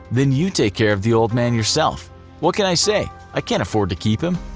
then you take care of the old man yourself what can i say? i can't afford to keep him.